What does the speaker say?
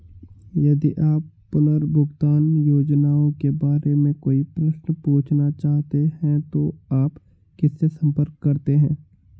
यदि आप पुनर्भुगतान योजनाओं के बारे में कोई प्रश्न पूछना चाहते हैं तो आप किससे संपर्क करते हैं?